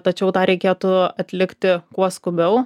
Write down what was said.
tačiau tą reikėtų atlikti kuo skubiau